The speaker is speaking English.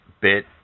bit